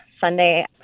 Sunday